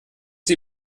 sie